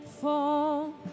fall